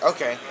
Okay